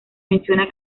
menciona